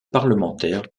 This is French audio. parlementaires